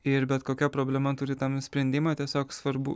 ir bet kokia problema turi tam sprendimą tiesiog svarbu